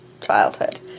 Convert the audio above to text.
childhood